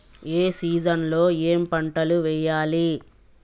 ఏ season లో ఏం పంటలు వెయ్యాలి?